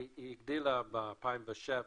והיא הגדילה ב-2007,